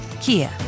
Kia